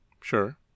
sure